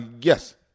yes